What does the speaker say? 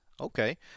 Okay